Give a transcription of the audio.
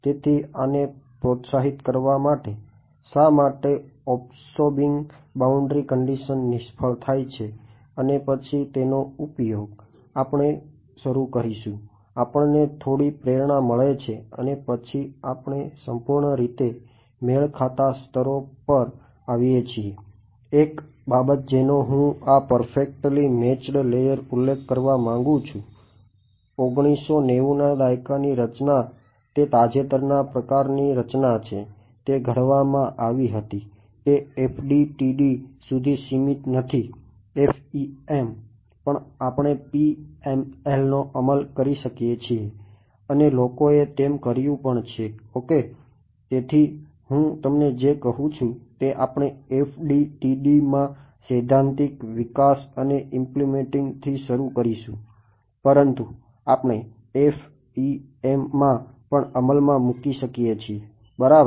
તેથી આને પ્રોત્સાહિત કરવા માટે શા માટે અબ્સોર્બિંગ અને ઈમ્પલીમેંટીંગ થી શરૂ કરીશું પરંતુ આપણે FEMમાં પણ અમલમાં મૂકી શકીએ છીએ બરાબર